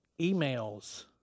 emails